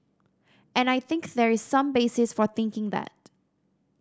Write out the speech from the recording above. and I think there is some basis for thinking that